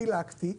חילקתי,